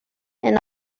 and